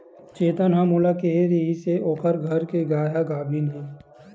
चेतन ह मोला केहे रिहिस ओखर घर के गाय ह गाभिन हे